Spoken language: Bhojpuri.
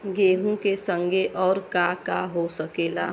गेहूँ के संगे अउर का का हो सकेला?